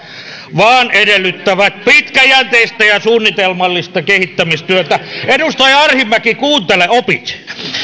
vaan edellyttävät pitkäjänteistä ja suunnitelmallista kehittämistyötä edustaja arhinmäki kuuntele niin opit